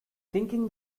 thinking